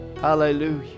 hallelujah